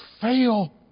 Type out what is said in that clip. fail